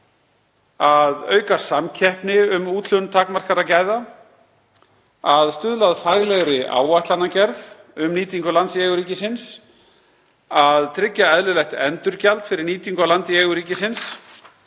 að auka samkeppni um úthlutun takmarkaðra gæða, b. að stuðla að faglegri áætlanagerð um nýtingu lands í eigu ríkisins, c. að tryggja eðlilegt endurgjald fyrir nýtingu á landi í eigu ríkisins,